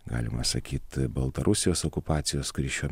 galima sakyt baltarusijos okupacijos kuri šiuo